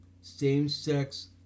same-sex